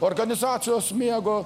organizacijos mėgo